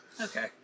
Okay